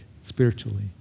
spiritually